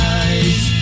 eyes